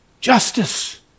Justice